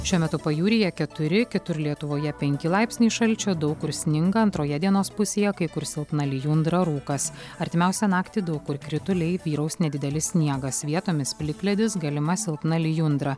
šiuo metu pajūryje keturi kitur lietuvoje penki laipsniai šalčio daug kur sninga antroje dienos pusėje kai kur silpna lijundra rūkas artimiausią naktį daug kur krituliai vyraus nedidelis sniegas vietomis plikledis galima silpna lijundra